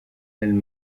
elle